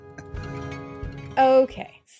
okay